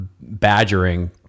badgering